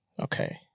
Okay